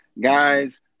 guys